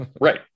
Right